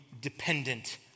dependent